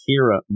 Kira